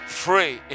free